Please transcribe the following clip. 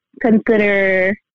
consider